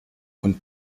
von